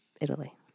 Italy